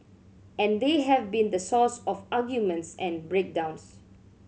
and they have been the source of arguments and break downs